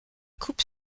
coupe